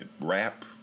rap